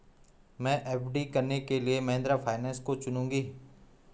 मैं एफ.डी कराने के लिए महिंद्रा फाइनेंस को चुनूंगी